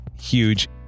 huge